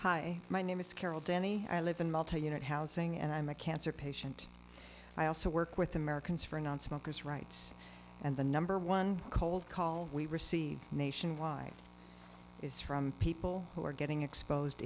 hi my name is carol denny i live in multi unit housing and i'm a cancer patient i also work with americans for nonsmokers rights and the number one cold call we received nationwide is from people who are getting exposed